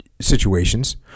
situations